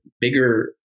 bigger